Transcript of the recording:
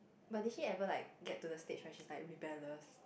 but did she ever like get to the stage when she like rebellious